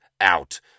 out